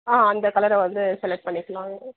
ஆ அந்த கலரை வந்து செலக்ட் பண்ணிக்கலாங்க